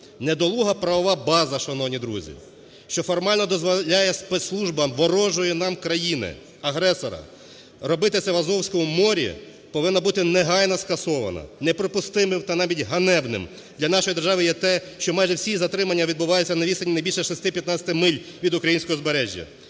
Недолуга правова база, шановні друзі, що формально дозволяє спецслужбам ворожої нам країни-агресора робити це в Азовському морі, повинна була негайно скасована. Неприпустимим та навіть ганебним для нашої держави є те, що майже всі затримання відбуваються на відстані не більше 6-15 миль від українського узбережжя.